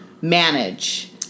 manage